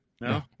No